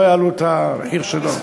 לא יעלו את המחיר שלו.